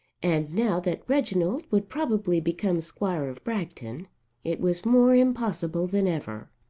and now that reginald would probably become squire of bragton it was more impossible than ever.